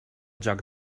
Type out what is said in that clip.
joc